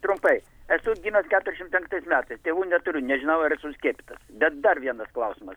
trumpai gimęs keturiasdešim penktais metais tėvų neturiu nežinau ar skiepytas bet dar vienas klausimas